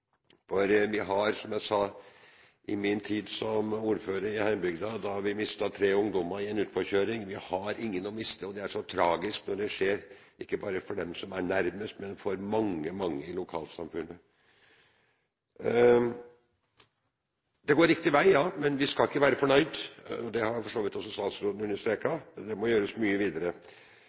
for. Som jeg sa i min tid som ordfører i hjembygda, da vi mistet tre ungdommer i en utforkjøring, har vi ingen å miste. Det er så tragisk når det skjer, ikke bare for dem som er nærmest, men for mange, mange i lokalsamfunnet. Det går riktig vei – ja – men vi skal ikke være fornøyd. Det har for så vidt også statsråden understreket. Det må gjøres mye videre.